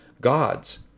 gods